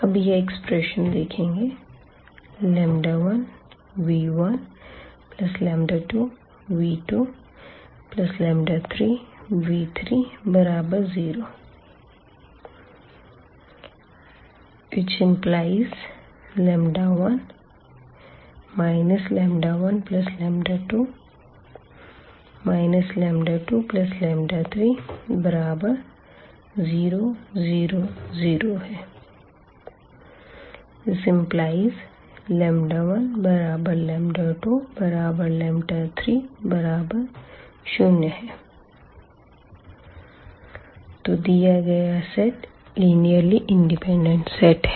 अब यह एक्सप्रेशन देखेंगे 1v12v23v30 1 12 23000 ⟹1230 तो दिया गया सेट लिनीअर्ली इंडिपेंडेंट सेट है